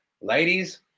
ladies